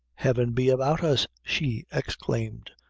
heaven be about us! she exclaimed,